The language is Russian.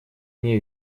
мне